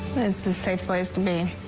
is to say placed me.